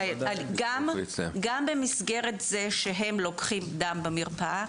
גם במסגרת זה שהם לוקחים דם במרפאה,